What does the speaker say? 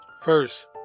first